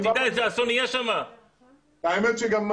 אני